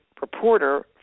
reporter